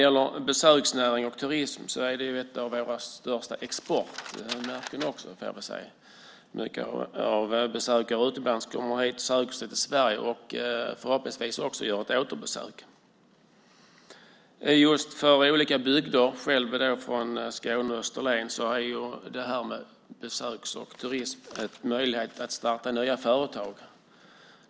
Besöksnäring och turism är ju ett av våra största exportmärken. Många besökare från utlandet söker sig till Sverige och gör förhoppningsvis också ett återbesök. Jag är från Skåne och Österlen. För olika bygder är besöksnäring och turism en möjlighet att starta nya företag.